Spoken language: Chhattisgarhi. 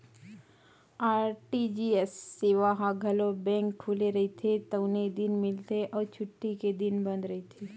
आर.टी.जी.एस सेवा ह घलो बेंक खुले रहिथे तउने दिन मिलथे अउ छुट्टी के दिन बंद रहिथे